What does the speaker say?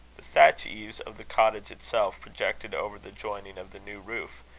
the thatch-eaves of the cottage itself projected over the joining of the new roof,